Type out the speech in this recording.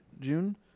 June